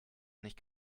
nicht